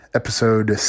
episode